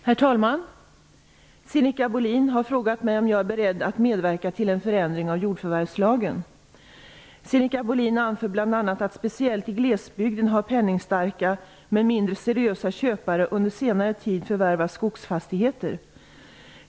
Herr talman! Sinikka Bohlin har frågat mig om jag är beredd att medverka till en förändring av jordförvärvslagen. Sinikka Bohlin anför bl.a. att speciellt i glesbygden har penningstarka, men mindre seriösa köpare, under senare tid förvärvat skogsfastigheter.